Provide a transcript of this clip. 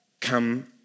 come